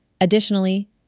Additionally